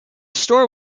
store